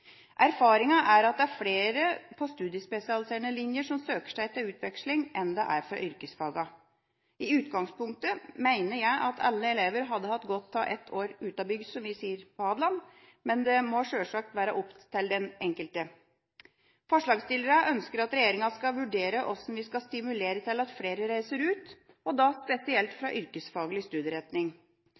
er at det er flere på studiespesialiserende linjer som søker seg til utveksling, enn det er fra yrkesfagene. I utgangspunktet mener jeg at alle elever hadde hatt godt av et år «utabygds», som vi sier på Hadeland, men det må sjølsagt være opp til den enkelte. Forslagsstillerne ønsker at regjeringa skal vurdere hvordan vi skal stimulere til at flere reiser ut – og da spesielt fra yrkesfaglig studieretning.